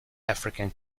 african